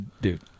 Dude